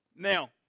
Now